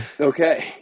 Okay